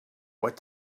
what